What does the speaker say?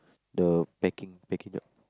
the packing packing job